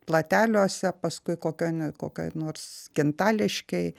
plateliuose paskui kokioj na kokioj nors gintališkėj